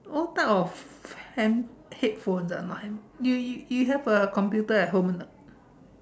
all type of hand headphone my handphone you you you have a computer at home or not